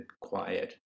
quiet